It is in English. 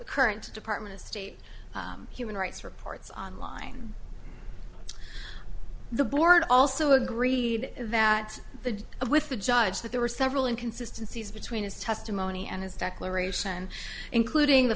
the current department of state human rights reports on line the board also agreed that the with the judge that there were several inconsistency between his testimony and his declaration including the